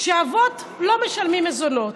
שאבות לא משלמים מזונות,